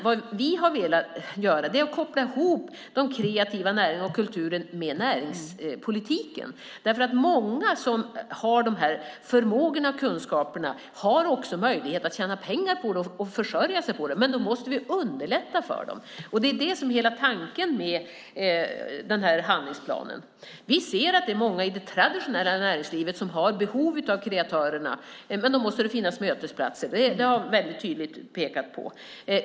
Vad vi har velat göra är att koppla ihop de kreativa näringarna och kulturen med näringspolitiken. Många som har de här förmågorna och kunskaperna har också möjlighet att tjäna pengar på det och försörja sig på det. Då måste vi underlätta för det. Det är hela tanken med handlingsplanen. Vi ser att det är många i det traditionella näringslivet som har behov av kreatörerna. Då måste det finnas mötesplatser. Det har vi väldigt tydligt pekat på.